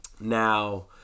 Now